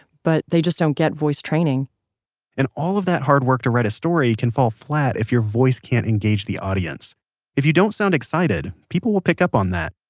but they just don't get voice training and all of that hard work to write a story, can fall flat if your voice can't engage the audience if you don't sound excited, people will pick up on that.